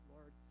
Lord